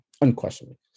unquestionably